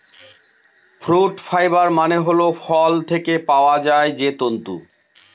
fruit fibre মানে হল ফল থেকে পাওয়া যায় যে তন্তু